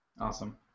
Awesome